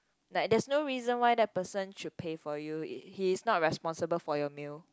like that's no reason why that person should pay for you he is not responsible for your meal